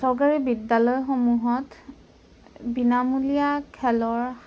চৰকাৰী বিদ্যালয়সমূহত বিনামূলীয়া খেলৰ